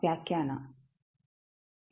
ವಂದನೆಗಳು